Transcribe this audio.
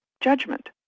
judgment